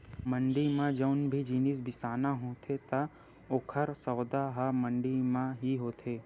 मंड़ी म जउन भी जिनिस बिसाना होथे त ओकर सौदा ह मंडी म ही होथे